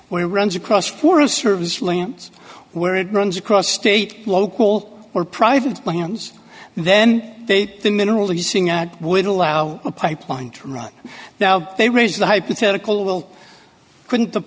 where runs across forest service limbs where it runs across state local or private plans then they the mineral using at will allow the pipeline right now they raise the hypothetical couldn't the